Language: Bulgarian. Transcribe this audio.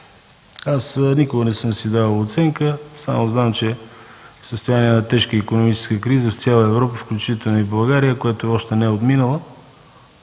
аз никога не съм си давал оценка, само знам, че в състояние на тежка икономическа криза в цяла Европа, включително и в България, която още не е отминала,